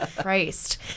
Christ